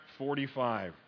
45